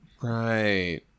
Right